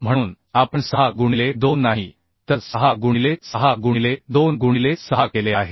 म्हणून आपण 6 गुणिले 2 नाही तर 6 गुणिले 6 गुणिले 2 गुणिले 6 केले आहे